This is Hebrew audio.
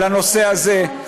על הנושא הזה.